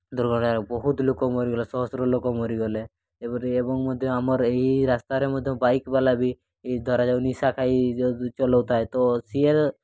ଦୁର୍ଘଟଣା ବହୁତ ଲୋକ ମରିଗଲେ ଶହସ୍ର ଲୋକ ମରିଗଲେ ଏପରି ଏବଂ ମଧ୍ୟ ଆମର ଏହି ରାସ୍ତାରେ ମଧ୍ୟ ବାଇକ୍ବାଲା ବି ଏଇ ଧରାଯାଉ ନିଶା ଖାଇ ଯଦି ଚଲାଉଥାଏ ତ ସେ